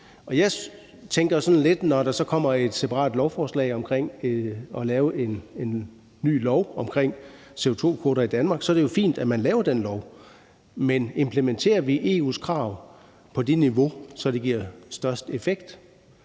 ikkefungerende. Når der så kommer et separat lovforslag om at lave en ny lov om CO2-kvoter i Danmark, er det jo fint, men jeg tænker sådan lidt: Implementerer vi EU's krav på det niveau, hvor det giver størst effekt?